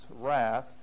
wrath